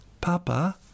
Papa